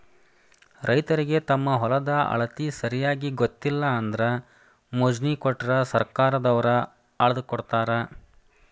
ರೈತರಿಗೆ ತಮ್ಮ ಹೊಲದ ಅಳತಿ ಸರಿಯಾಗಿ ಗೊತ್ತಿಲ್ಲ ಅಂದ್ರ ಮೊಜ್ನಿ ಕೊಟ್ರ ಸರ್ಕಾರದವ್ರ ಅಳ್ದಕೊಡತಾರ